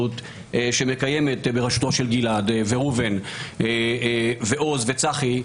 שמקיימת בראשותו של גלעד וראובן ועוז וצחי,